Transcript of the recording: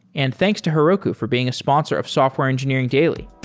and thanks to heroku for being a sponsor of software engineering daily